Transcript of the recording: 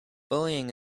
bullying